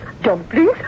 dumplings